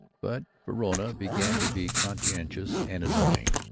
but verona began to be conscientious and annoying,